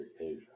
Asia